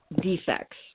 defects